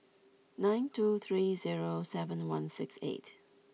nine two three zero seven one six eight